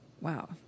Wow